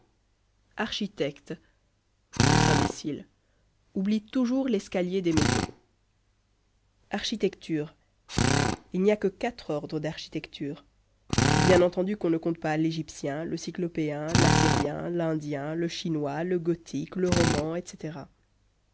architectes tous imbéciles oublient toujours l'escalier des maisons architecture il n'y a que quatre ordre d'architecture bien entendu qu'on ne compte pas l'égyptien le cyclopéen l'assyrien l'indien le chinois le gothique le roman etc